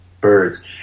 birds